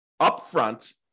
upfront